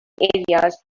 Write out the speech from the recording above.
areas